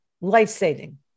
life-saving